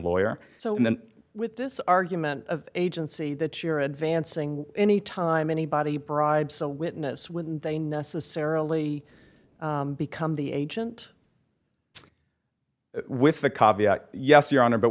lawyer so and then with this argument of agency that you're advancing any time anybody bribes a witness when they necessarily become the agent with the yes your honor but